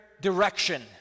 direction